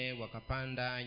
wakapanda